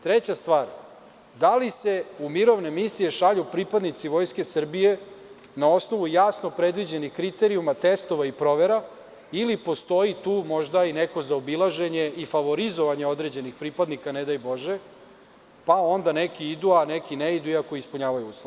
Treća stvar, da li se u mirovne misije šalju pripadnici Vojske Srbije na osnovu jasno predviđenih kriterijuma, testova i provera ili postoji tu možda i neko zaobilaženje i favorizovanje određenih pripadnika, nedaj Bože, pa onda neki idu a neki ne idu, iako ispunjavaju uslove?